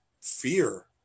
fear